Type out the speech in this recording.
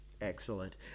Excellent